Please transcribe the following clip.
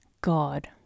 God